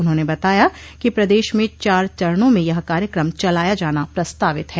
उन्होंने बताया कि प्रदेश में चार चरणों में यह कार्यक्रम चलाया जाना प्रस्तावित है